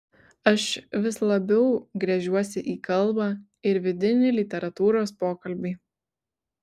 aš vis labiau gręžiuosi į kalbą ir vidinį literatūros pokalbį